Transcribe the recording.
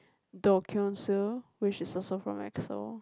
Do-Kyung-Soo which is also from Exo